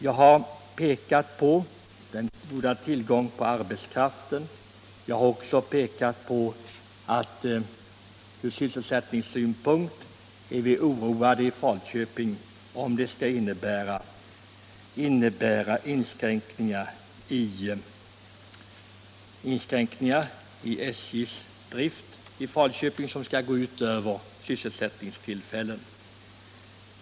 Jag har pekat på den goda tillgången på arbetskraft, och jag har även pekat på att vi ur sysselsättningssynpunkt är oroade i Falköping för att SJ:s planer skall innebära inskränkningar i Falköping som går ut över sysselsättningen.